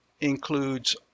includes